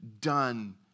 done